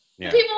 People